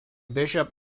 bishop